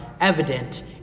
evident